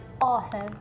awesome